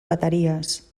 bateries